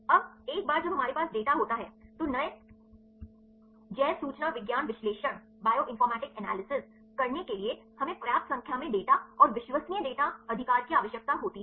अब एक बार जब हमारे पास डेटा होता है तो नए जैव सूचना विज्ञान विश्लेषण करने के लिए सही हमें पर्याप्त संख्या में डेटा और विश्वसनीय डेटा अधिकार की आवश्यकता होती है